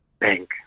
bank